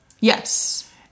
Yes